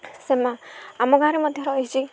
ଆମ ଗାଁରେ ମଧ୍ୟ ରହିଛି